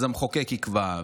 אז המחוקק יקבע.